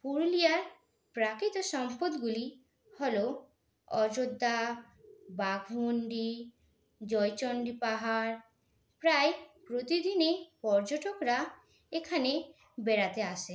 পুরুলিয়ার প্রাকৃতিক সম্পদগুলি হল অযোধ্যা বাগমুন্ডি জয়চন্ডী পাহাড় প্রায় প্রতিদিনই পর্যটকরা এখানে বেড়াতে আসে